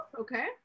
Okay